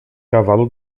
cavalo